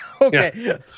Okay